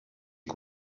que